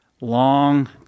Long –